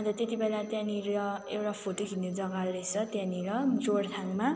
अन्त त्यतिबेला त्यहाँनिर एउटा फोटो खिच्ने जग्गा रहेछ त्यहाँनिर जोरथाङमा